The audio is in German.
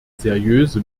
seriöse